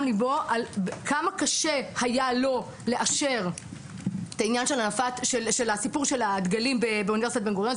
ליבו על כמה קשה היה לו לאשר את סיפור הדגלים באוניברסיטת בן גוריון.